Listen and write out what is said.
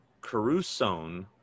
Caruso